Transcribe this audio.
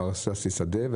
מר ששי שדה.